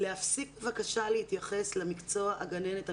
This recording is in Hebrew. להפסיק בבקשה להתייחס למקצוע הגננת,